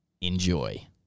Enjoy